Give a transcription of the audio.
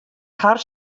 har